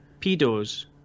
pedos